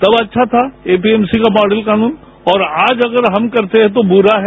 तब अच्छा था एमपीएमसी का मॉडल कानून और आज अगर हम करते हैं तो बुरा है